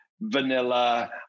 vanilla